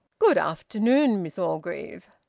good after noon, miss orgreave!